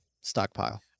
stockpile